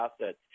assets